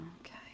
okay